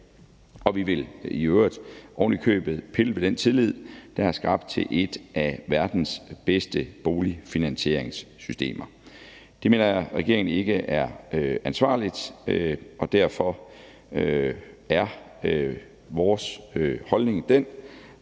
og vi vil i øvrigt oven i købet pille ved den tillid, der er skabt til et af verdens bedste boligfinansieringssystemer. Det mener regeringen ikke er ansvarligt, og derfor er vores holdning den,